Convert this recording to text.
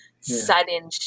sudden